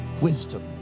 wisdom